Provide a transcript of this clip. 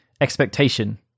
expectation